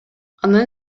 анын